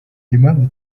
impamvu